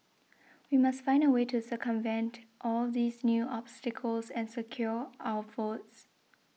we must find a way to circumvent all these new obstacles and secure our votes